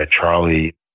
Charlie